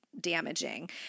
damaging